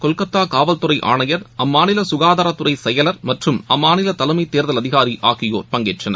கொல்கத்தாகாவல்துறை ஆணையர் அம்மாநிலசுகாதாரத் துறைசெயலர் மற்றம் அம்மாநிலதலைமைத் தேர்தல் அதிகாரிஆகியோர் பங்கேற்றனர்